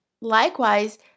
likewise